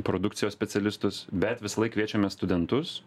produkcijos specialistus bet visąlaik kviečiame studentus